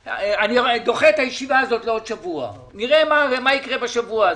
אני דוחה את הישיבה הזאת לעוד שבוע ונראה מה יקרה בשבוע הזה.